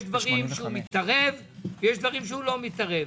יש דברים שהוא מתערב ויש דברים שלא מתערב.